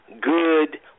good